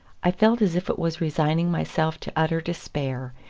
i felt as if it was resigning myself to utter despair,